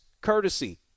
courtesy